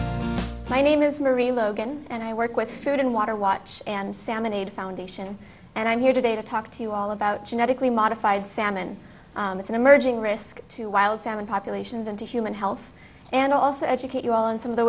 my name is maria logan and i work with food and water watch and salmon aid foundation and i'm here today to talk to you all about genetically modified salmon it's an emerging risk to wild salmon populations and to human health and also educate you all and some of the